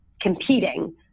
competing